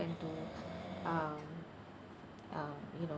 and to um uh you know